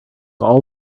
all